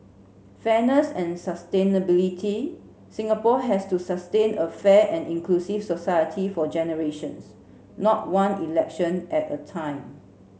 fairness and sustainability Singapore has to sustain a fair and inclusive society for generations not one election at a time